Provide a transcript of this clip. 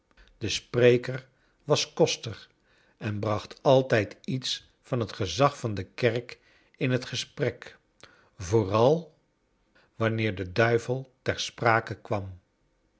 de spreker was koster en bracht altijd iets van het gezag van de kerk in het gesprek vooral wanneer de duivel ter sprake kwam